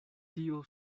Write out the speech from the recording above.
tio